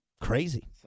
crazy